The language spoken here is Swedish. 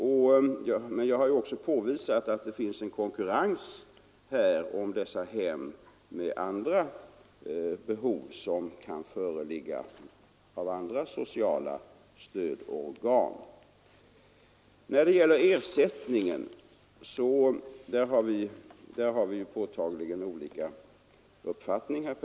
Men jag har också påvisat att det finns en konkurrens om dessa hem från andra sociala stödorgan. I vad gäller ersättningen har herr Pettersson och jag tydligen olika uppfattning.